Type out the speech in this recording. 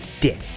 Dick